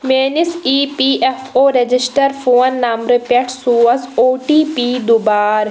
میٲنِس E P F O registered phone number پٮ۪ٹھ سوز او ٹی پی دُبار